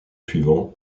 suivants